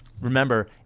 remember